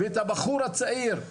ואת הבחור הצעיר.